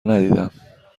ندیدم